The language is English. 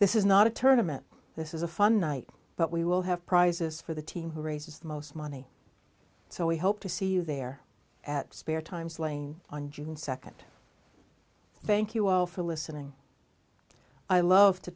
this is not a tournaments this is a fun night but we will have prizes for the team who raises the most money so we hope to see you there at spare time slane on june second thank you all for listening i love to